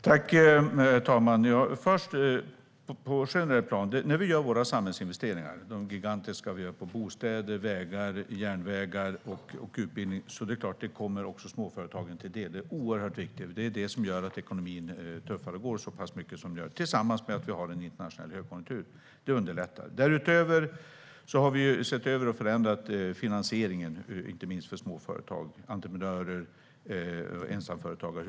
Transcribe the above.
Herr talman! När vi på ett generellt plan gör våra samhällsinvesteringar - de gigantiska investeringarna i bostäder, vägar, järnvägar och utbildning - är det klart att det också kommer småföretagen till del. Detta är oerhört viktigt. Det är det som gör att ekonomin tuffar och går så pass mycket som den gör, tillsammans med att vi har en internationell högkonjunktur; det underlättar. Därutöver har vi sett över och förändrat finansieringen, inte minst för småföretag, entreprenörer och ensamföretagare.